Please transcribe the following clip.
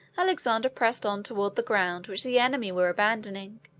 alexander pressed on toward the ground which the enemy were abandoning,